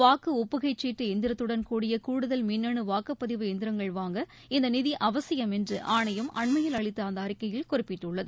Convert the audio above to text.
வாக்கு ஒப்புகைச்சீட்டு எந்திரத்துடன் கூடிய கூடுதல் மின்னணு வாக்குப்பதிவு எந்திரங்கள் வாங்க இந்த நிதி அவசியம் என்று ஆணையம் அண்மயில் அளித்த அந்த அறிக்கையில் குறிப்பிட்டுள்ளது